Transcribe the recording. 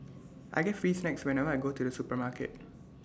I get free snacks whenever I go to the supermarket